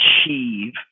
achieve